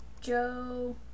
Joe